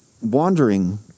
Wandering